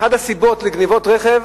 אחת הסיבות לגנבות רכב